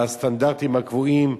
בסטנדרטים הקבועים,